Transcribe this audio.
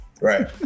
Right